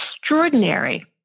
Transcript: extraordinary